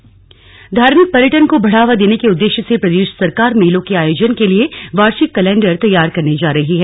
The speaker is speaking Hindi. संरक्षण धार्मिक पर्यटन को बढावा देने के उद्देश्य से प्रदेश सरकार मेलों के आयोजन के लिए वार्षिक कलैण्डर तैयार करने जा रही है